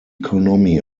economy